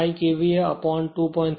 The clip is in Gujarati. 5 KVA up on 2